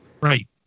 right